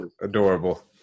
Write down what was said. adorable